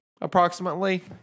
approximately